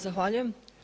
Zahvaljujem.